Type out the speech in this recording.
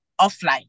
offline